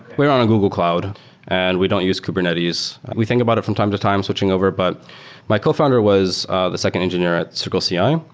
we're on a google cloud and we don't use kubernetes. we think about it from time to time switching over, but my cofounder was the second engineer at circleci. um